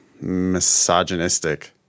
misogynistic